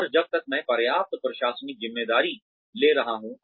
और जब तक मैं पर्याप्त प्रशासनिक ज़िम्मेदारी ले रहा हूँ